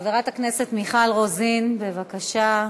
חברת הכנסת מיכל רוזין, בבקשה,